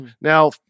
now